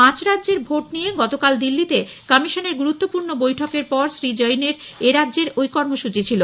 পাঁচ রাজ্যের ভোট নিয়ে গতকাল দিল্লিতে কমিশনের গুরুত্বপূর্ণ বৈঠকের পর শ্রী জৈন এর এরাজ্যের ওই কর্মসৃচি ছিল